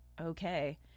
okay